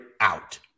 out